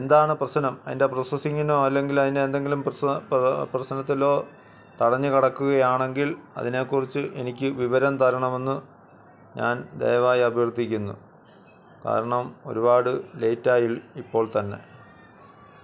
എന്താണ് പ്രശ്നം അതിൻ്റെ പ്രോസസ്സിങ്ങിനോ അല്ലെങ്കിലതിൻ്റെ എന്തെങ്കിലും പ്രശ് പ്രശ്നത്തിലോ തടഞ്ഞുകിടക്കുകയാണെങ്കിൽ അതിനെക്കുറിച്ച് എനിക്ക് വിവരം തരണമെന്ന് ഞാൻ ദയവായി അഭ്യർത്ഥിക്കുന്നു കാരണം ഒരുപാട് ലേയ്റ്റായി ഇപ്പോൾ തന്നെ